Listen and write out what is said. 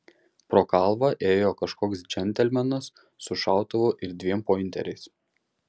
pro kalvą ėjo kažkoks džentelmenas su šautuvu ir dviem pointeriais